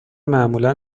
معمولا